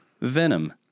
Venom